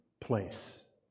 place